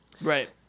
right